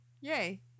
Yay